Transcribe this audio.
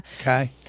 Okay